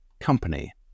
company